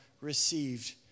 received